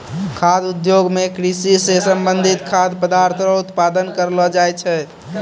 खाद्य उद्योग मे कृषि से संबंधित खाद्य पदार्थ रो उत्पादन करलो जाय छै